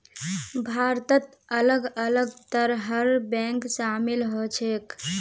भारतत अलग अलग तरहर बैंक शामिल ह छेक